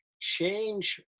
change